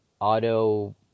auto